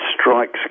strikes